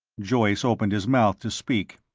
joyce opened his mouth to speak.